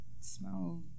smell